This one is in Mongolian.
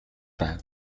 байв